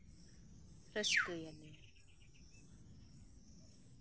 ᱨᱟᱹᱥᱠᱟᱹᱭᱟᱞᱮ